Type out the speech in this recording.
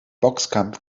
boxkampf